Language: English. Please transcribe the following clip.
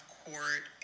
court